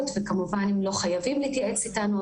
וכמובן הם לא חייבים להתייעץ איתנו,